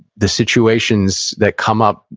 the situations that come up,